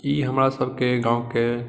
ई हमरासबके गाँवके